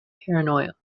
paranoia